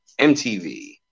MTV